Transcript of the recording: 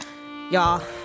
y'all